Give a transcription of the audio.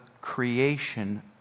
creation